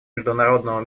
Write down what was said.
международного